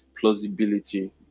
plausibility